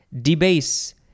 debase